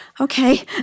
Okay